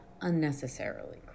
unnecessarily